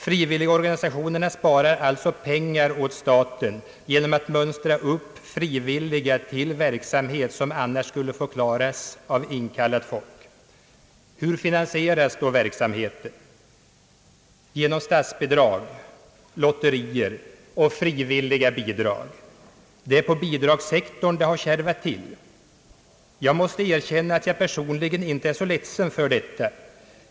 Frivilligorganisationerna sparar alltså pengar åt staten genom att mönstra upp frivilliga till verksamhet, som annars skulle få klaras av inkallat folk. Hur finansieras frivilligorganisationernas verksamhet? Jo, genom statsbidrag, lotterier och frivilliga bidrag! Det är på bidragssektorn det har kärvat till. Jag måste erkänna att jag personligen inte är så ledsen för detta.